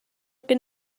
gen